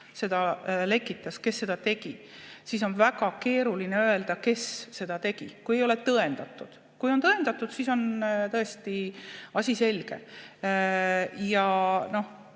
kes lekitas, kes seda tegi, siis on väga keeruline öelda, kes seda tegi, kui see ei ole tõendatud. Kui on tõendatud, siis on tõesti asi selge.